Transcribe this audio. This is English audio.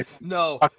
No